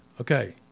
Okay